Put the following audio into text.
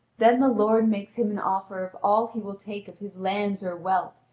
then the lord makes him an offer of all he will take of his lands or wealth,